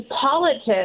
politics